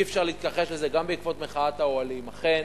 אי-אפשר להתכחש לזה, גם בעקבות מחאת האוהלים, אכן